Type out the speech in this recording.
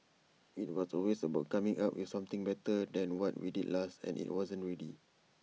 IT was always about coming up with something better than what we did last and IT wasn't ready